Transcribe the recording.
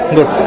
Good